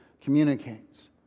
communicates